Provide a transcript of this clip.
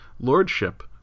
Lordship